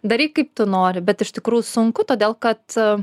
daryk kaip tu nori bet iš tikrųjų sunku todėl kad